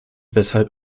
weshalb